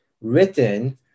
written